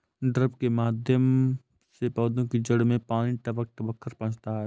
drip के माध्यम से पौधे की जड़ में पानी टपक टपक कर पहुँचता है